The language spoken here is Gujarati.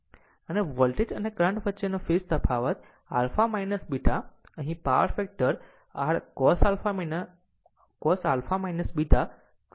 અને વોલ્ટેજ અને કરંટ વચ્ચેનો ફેઝ તફાવત α β અહીં પાવર ફેક્ટરr cos α β સાચું કહ્યું